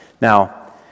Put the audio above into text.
Now